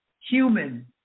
Human